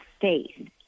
faith